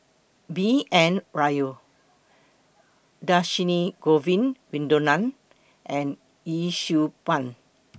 B N Rao Dhershini Govin Winodan and Yee Siew Pun